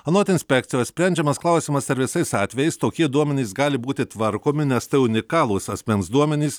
anot inspekcijos sprendžiamas klausimas ar visais atvejais tokie duomenys gali būti tvarkomi nes tai unikalūs asmens duomenys